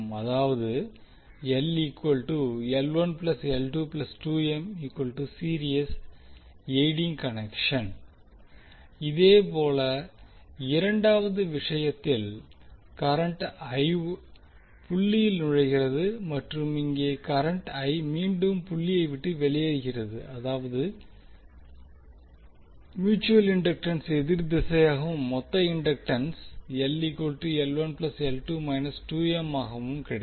அதாவது இதேபோல் இரண்டாவது விஷயத்தில் கரண்ட் புள்ளியில் நுழைகிறது மற்றும் இங்கே கரண்ட் மீண்டும் புள்ளியை விட்டு வெளியேறுகிறது அதாவது மியூட்சுவல் இண்டக்டன்ஸ் எதிர் திசையாகவும் மொத்த இண்டக்டன்ஸ் ஆகவும் கிடைக்கும்